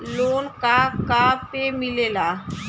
Loan का का पे मिलेला?